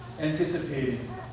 Anticipating